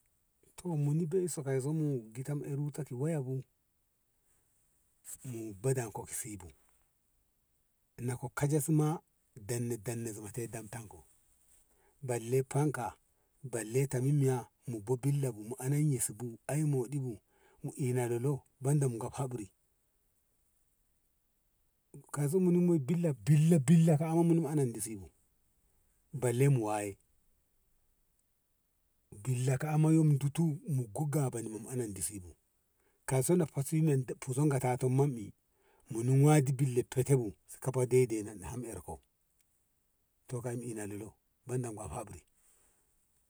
to muni bei so kai so mu mu ruta ki waya bu mu bdan ki sibu na kok ka jenan si ma eni dan na metan ko balle fanka balle ta min miya mu be billa mu anan yesu bu ai moɗi bu mu ina lolo kab habri kai so mu nin mo billa billa ka asan muka sibu balle mu waye billa am ditu gaba mu anin dusi bu kaso na fuzo gata to mam i muna billa fate bu de dai ham er ko tom mu in ni lo banda habri.